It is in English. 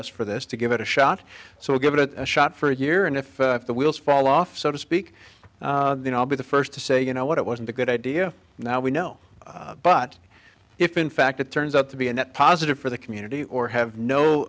us for this to give it a shot so give it a shot for a year and if the wheels fall off so to speak i'll be the first to say you know what it wasn't a good idea now we know but if in fact it turns out to be a net positive for the community or have no